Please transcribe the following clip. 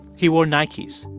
he wore nikes.